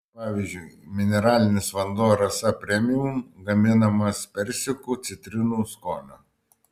pavyzdžiui mineralinis vanduo rasa premium gaminamas persikų citrinų skonio